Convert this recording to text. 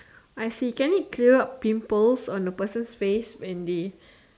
I see can it clear up pimples on the person's face when they